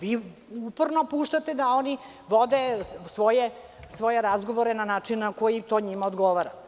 Vi uporno puštate da oni vode svoje razgovore na način na koji to njima odgovara.